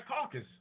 Caucus